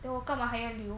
then 我干嘛还要留